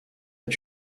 est